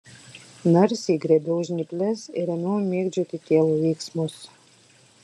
narsiai griebiau žnyples ir ėmiau mėgdžioti tėvo veiksmus